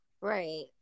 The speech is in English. Right